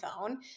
phone